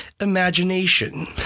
Imagination